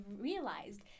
realized